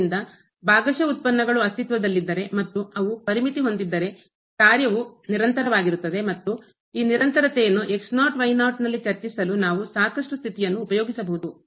ಆದ್ದರಿಂದ ಭಾಗಶಃ ಉತ್ಪನ್ನಗಳು ಅಸ್ತಿತ್ವದಲ್ಲಿದ್ದರೆ ಮತ್ತು ಅವು ಪರಿಮಿತಿ ಹೊಂದಿದ್ದರೆ ಕಾರ್ಯವು ನಿರಂತರವಾಗಿರುತ್ತದೆ ಮತ್ತು ಈ ನಿರಂತರತೆಯನ್ನು ನಲ್ಲಿ ಚರ್ಚಿಸಲು ನಾವು ಸಾಕಷ್ಟು ಸ್ಥಿತಿಯನ್ನು ಉಪಯೋಗಿಸಬಹುದು